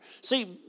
See